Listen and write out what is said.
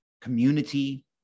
community